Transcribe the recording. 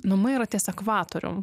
namai yra ties ekvatorium